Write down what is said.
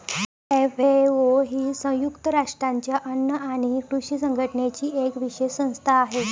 FAO ही संयुक्त राष्ट्रांच्या अन्न आणि कृषी संघटनेची एक विशेष संस्था आहे